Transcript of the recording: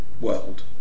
world